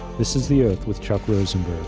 this is the oath with chuck rosenberg.